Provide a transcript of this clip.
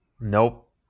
Nope